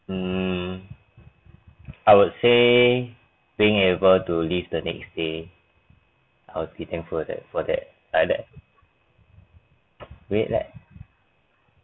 mm I would say being able to leave the next day I will be thankful for that for that like that wait leh